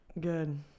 good